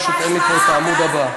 פשוט אין לי פה העמוד הבא.